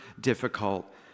difficult